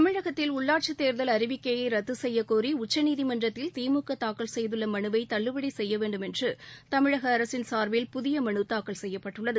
தமிழகத்தில் உள்ளாட்சித் தேர்தல் அறிவிக்கையை ரத்து செய்ய கோரி உச்சநீதிமன்றத்தில் திமுக தாக்கல் செய்துள்ள மனுவை தள்ளுபடி செய்ய வேண்டும் என்று தமிழக அரசின் சாா்பில் புதிய மனு தாக்கல் செய்யப்பட்டுள்ளது